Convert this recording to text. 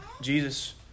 Jesus